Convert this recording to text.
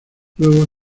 luego